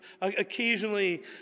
occasionally